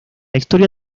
historia